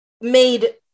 made